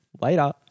Later